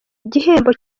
igihembo